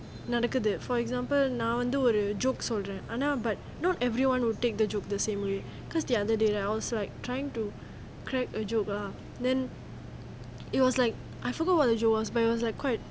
நடக்குது:nadakuthu for example now நான் வந்து ஒரு:naan vanthu oru jokes சொல்றேன் ஆனா:solraen aana but not everyone will take the joke the same way because the other day right I was like trying to crack a joke lah then it was like I forgot what the jokes was but there was like quite